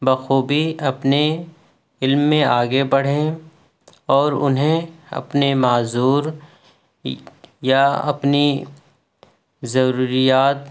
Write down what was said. بخوبی اپنے علم میں آگے بڑھیں اور انہیں اپنے معذور یا اپنی ضروریات